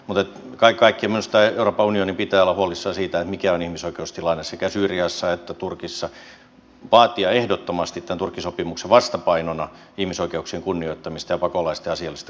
mutta kaiken kaikkiaan minusta euroopan unionin pitää olla huolissaan siitä mikä on ihmisoikeustilanne sekä syyriassa että turkissa vaatia ehdottomasti tämän turkin sopimuksen vastapainona ihmisoikeuksien kunnioittamista ja pakolaisten asiallista kohtelua